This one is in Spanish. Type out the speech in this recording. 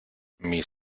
mis